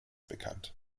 bekannt